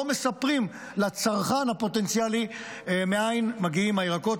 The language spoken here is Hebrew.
הם לא מספרים לצרכן הפוטנציאלי מאין מגיעים הירקות,